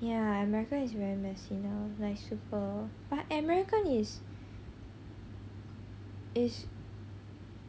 ya america is very messy now like super but american is is